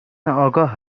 آگاه